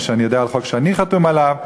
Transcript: מה שאני יודע על החוק שאני חתום עליו,